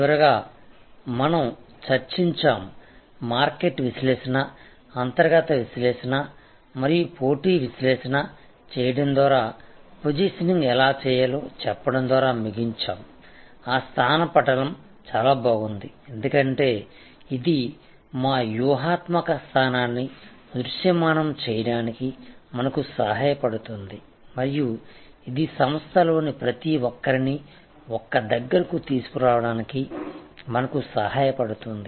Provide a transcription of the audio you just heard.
చివరగా మనం చర్చించాము మార్కెట్ విశ్లేషణ అంతర్గత విశ్లేషణ మరియు పోటీ విశ్లేషణ చేయడం ద్వారా పొజిషనింగ్ ఎలా చేయాలో చెప్పడం ద్వారా ముగించాము ఆ స్థాన పటం చాలా బాగుంది ఎందుకంటే ఇది మా వ్యూహాత్మక స్థానాన్ని దృశ్యమానం చేయడానికి మనకు సహాయపడుతుంది మరియు ఇది సంస్థలోని ప్రతి ఒక్కరినీఒక దగ్గరకు తీసుకురావడానికి మనకు సహాయపడుతుంది